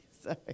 Sorry